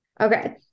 okay